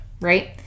right